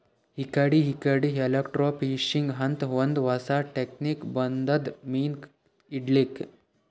ಇಕಡಿ ಇಕಡಿ ಎಲೆಕ್ರ್ಟೋಫಿಶಿಂಗ್ ಅಂತ್ ಒಂದ್ ಹೊಸಾ ಟೆಕ್ನಿಕ್ ಬಂದದ್ ಮೀನ್ ಹಿಡ್ಲಿಕ್ಕ್